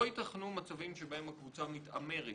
לא ייתכנו מצבים בהם הקבוצה מתעמרת